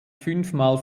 fünfmal